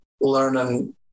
learning